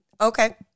Okay